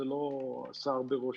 זה לא עשה הרבה רושם.